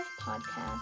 Podcast